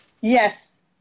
Yes